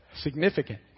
Significant